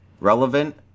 relevant